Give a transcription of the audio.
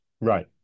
Right